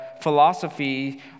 philosophy